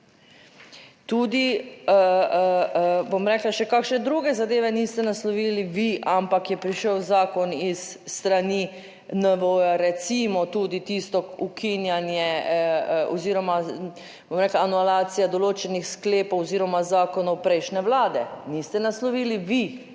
Tudi, bom rekla, še kakšne druge zadeve niste naslovili vi, ampak je prišel zakon s strani NVO, recimo tudi tisto ukinjanje oziroma bom rekla anulacija določenih sklepov oziroma zakonov prejšnje Vlade, niste naslovili vi,